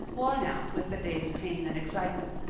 worn out with the day's pain and excitement.